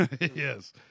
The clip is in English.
Yes